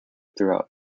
throughout